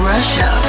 Russia